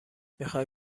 میخای